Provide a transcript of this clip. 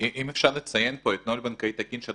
אין לנו בעיה לדבר איתכם.